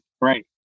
right